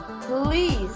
please